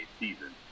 season